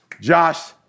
josh